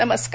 नमस्कार